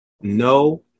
No